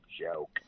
joke